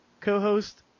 co-host